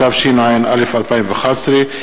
התשע"א 2011,